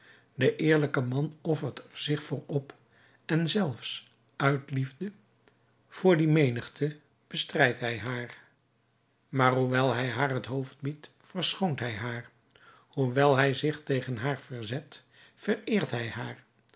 de eerlijke man offert er zich voor op en zelfs uit liefde voor die menigte bestrijdt hij haar maar hoewel hij haar het hoofd biedt verschoont hij haar hoewel hij zich tegen haar verzet vereert hij haar